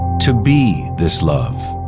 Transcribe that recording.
to be this love,